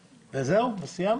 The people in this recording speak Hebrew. אבל מה לעשות, תמיד לומדים...